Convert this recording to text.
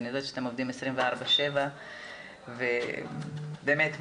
אני יודעת שאתם עובדים 24/7. אני באמת מצדיעה.